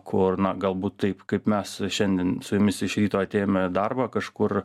kur na galbūt taip kaip mes šiandien su jumis iš ryto atėjome į darbą kažkur